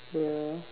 ya